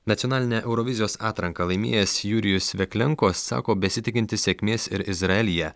nacionalinę eurovizijos atranką laimėjęs jurijus veklenko sako besitikintis sėkmės ir izraelyje